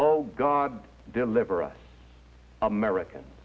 oh god deliver us americans